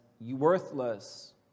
worthless